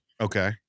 Okay